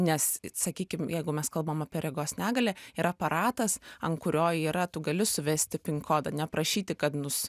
nes sakykim jeigu mes kalbam apie regos negalią yra aparatas ant kurio yra tu gali suvesti pin kodą neprašyti kad nus